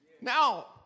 Now